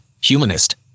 humanist